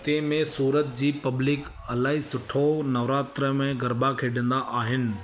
तंहिंमें सूरत जी पब्लिक इलाही सुठो नवरात्र में गरबा खेॾंदा आहिनि